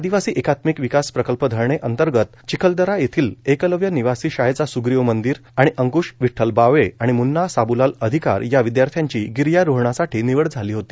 आदिवासी एकात्मिक विकास प्रकल्प धरणे अंतर्गत चिखलदरा येथील एकलव्य निवासी शाळेचा सुग्रीव मंदिर आणि अंक्श विठ्ठल बाबळे आणि म्न्ना साब्लाल अधिकार या विद्यार्थ्याची गिर्यारोहणासाठी निवड झाली होती